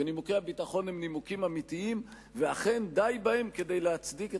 ונימוקי הביטחון הם נימוקים אמיתיים ואכן די בהם כדי להצדיק את